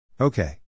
Okay